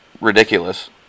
ridiculous